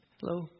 Hello